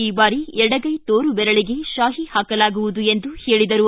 ಈ ಬಾರಿ ಎಡಗೈ ತೋರು ಬೆರಳಿಗೆ ಶಾಹಿ ಹಾಕಲಾಗುವುದು ಎಂದು ಹೇಳಿದರು